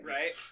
Right